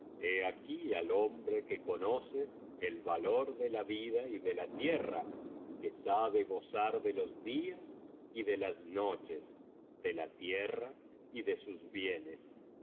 aquí al hombre que conoce el valor de la vida y de la tierra que sabe gozar de los dias y de las noches de la tierra y de sus bienes